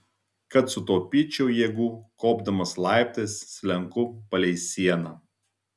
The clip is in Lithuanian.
kad sutaupyčiau jėgų kopdamas laiptais slenku palei sieną